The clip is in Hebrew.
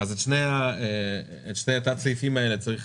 את שני תת הסעיפים האלה צריך